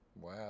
Wow